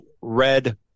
red